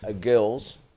girls